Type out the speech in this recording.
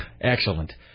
Excellent